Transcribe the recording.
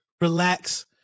relax